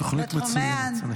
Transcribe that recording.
תוכנית מצוינת,